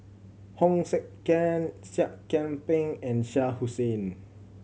Hong Sek Chern Seah Kian Peng and Shah Hussain